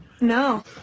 No